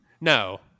No